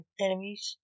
enemies